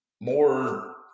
more